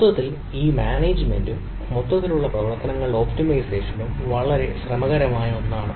മൊത്തത്തിൽ ഈ മാനേജ്മെന്റും മൊത്തത്തിലുള്ള പ്രവർത്തനങ്ങളുടെ ഒപ്റ്റിമൈസേഷനും വളരെ ശ്രമകരമായ ഒന്നാണ്